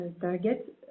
target